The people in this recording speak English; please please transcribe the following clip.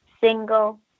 single